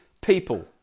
people